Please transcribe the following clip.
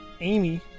Amy